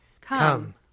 Come